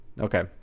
okay